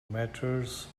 matters